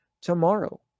tomorrow